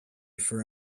for